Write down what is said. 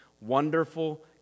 Wonderful